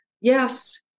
yes